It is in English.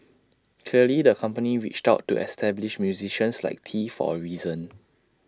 clearly the company reached out to established musicians like tee for A reason